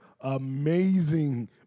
amazing